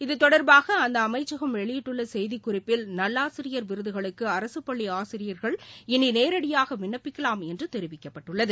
இத்தொடர்பாக அந்த அமைச்சகம் வெளியிட்டுள்ள செய்திக் குறிப்பில் நல்லாசிரியர் விருதுகளுக்கு அரசு பள்ளி ஆசிரியர்கள் இனி நேரடியாக விண்ணப்பிக்கலாம் என்று தெரிவிக்கப்பட்டுள்ளது